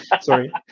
Sorry